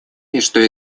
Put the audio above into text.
между